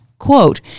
Quote